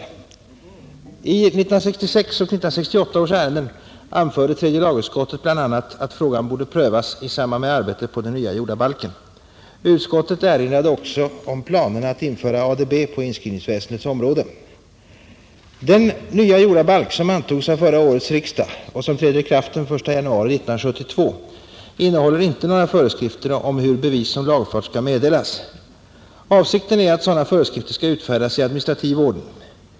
I 1966 och 1968 års ärenden anförde tredje lagutskottet bl.a. att frågan borde prövas i samband med arbetet på den nya jordabalken. Utskottet erinrade också om planerna att införa ADB på inskrivningsväsendets område. Den nya jordabalk som antogs av förra årets riksdag och som träder i kraft den 1 januari 1972 innehåller inte några föreskrifter om hur bevis om lagfart skall meddelas. Avsikten är att sådana föreskrifter skall utfärdas i administrativ ordning.